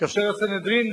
כאשר הסנהדרין,